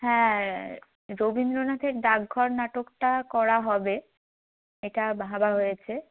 হ্যাঁ রবীন্দ্রনাথের ডাকঘর নাটকটা করা হবে এটা ভাবা হয়েছে